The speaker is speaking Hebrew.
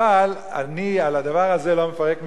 אבל אני, על הדבר הזה, לא מפרק ממשלות.